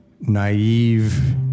naive